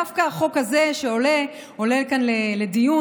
דווקא החוק הזה עולה כאן לדיון,